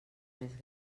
més